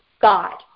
God